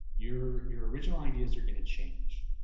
your, your original ideas are going to change.